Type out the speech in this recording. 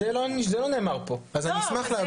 זה לא נאמר פה, אז אני אשמח להבין.